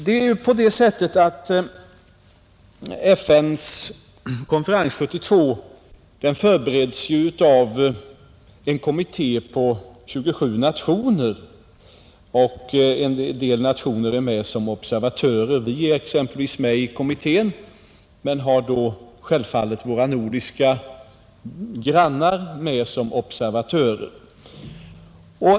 FN-konferensen 1972 förbereds ju av en kommitté på 27 nationer, och dessutom är en del nationer med som observatörer. Vi är exempelvis med i kommittén men har självfallet med våra nordiska grannländer som observatörer.